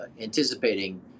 anticipating